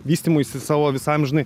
vystymuisi savo visam žinai